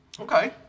Okay